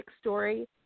story